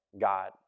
God